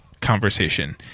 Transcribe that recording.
conversation